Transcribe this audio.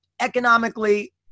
economically